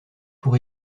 pour